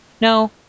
No